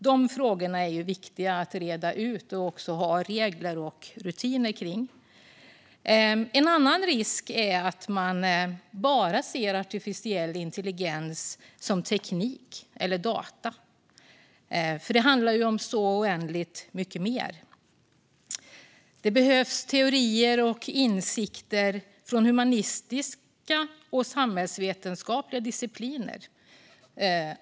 De frågorna är viktiga att reda ut och ha regler och rutiner kring. En annan risk är att man ser artificiell intelligens som bara teknik eller data. Det handlar om oändligt mycket mer. Det behövs teorier och insikter från humanistiska och samhällsvetenskapliga discipliner.